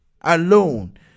alone